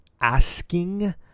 asking